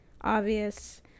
obvious